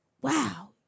wow